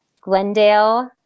Glendale